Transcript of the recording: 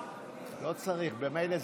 כאילו גם לא משתתף.